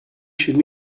should